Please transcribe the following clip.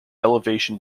elevation